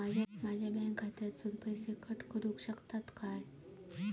माझ्या बँक खात्यासून पैसे कट करुक शकतात काय?